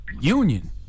union